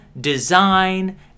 design